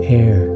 air